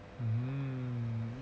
mmhmm